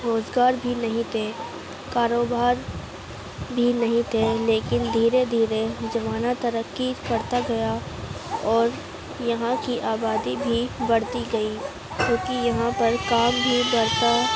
روز گار بھی نہیں تھے کاروبار بھی نہیں تھے لیکن دھیرے دھیرے زمانہ ترقی کرتا گیا اور یہاں کی آبادی بھی بڑھتی گئی کیوں کہ یہاں پر کام بھی بڑھتا